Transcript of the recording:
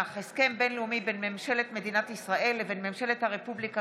בין-לאומי בין ממשלת מדינת ישראל לבין ממשלת הרפובליקה